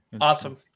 Awesome